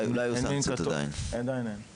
לא היו סנקציות עדיין.